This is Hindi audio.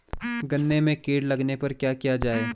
गन्ने में कीट लगने पर क्या किया जाये?